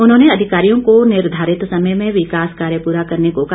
उन्होंने अधिकारियों को निर्धारित समय में विकास कार्य पूरा करने को कहा